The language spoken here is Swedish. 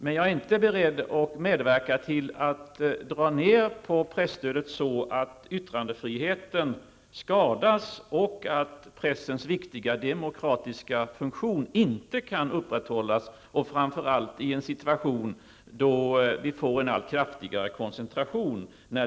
Men jag är inte beredd att medverka till att dra ned på presstödet så att yttrandefriheten skadas, så att pressens viktiga demokratiska funktion inte kan upprätthållas, detta framför allt i en situation då vi får en allt kraftigare koncentration av våra media.